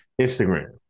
Instagram